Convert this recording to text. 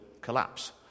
collapse